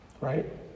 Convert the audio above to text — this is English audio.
right